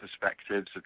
perspectives